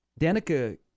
Danica